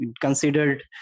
considered